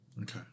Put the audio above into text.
Okay